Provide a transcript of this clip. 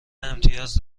امتیاز